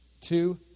two